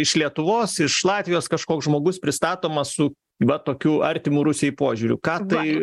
iš lietuvos iš latvijos kažkoks žmogus pristatomas su va tokiu artimu rusijai požiūriu ką tai